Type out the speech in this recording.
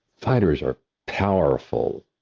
fighters are powerful,